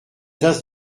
tasse